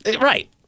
Right